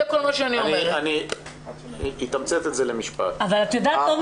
אני אתמצת את זה למשפט אחד.